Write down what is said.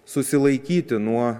susilaikyti nuo